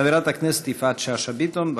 חברת הכנסת יפעת שאשא ביטון.